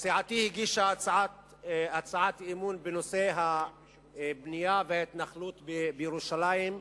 סיעתי הגישה הצעת אי-אמון בנושא הבנייה וההתנחלות בירושלים.